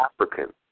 African